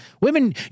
Women